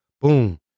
Boom